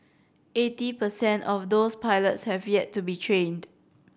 eighty per cent of those pilots have yet to be trained